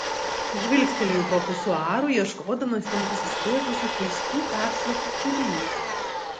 žvilgtelėjau po pisuaru ieškodamas ten pasislėpusių keistų peršlapusių vyrų